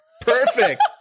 Perfect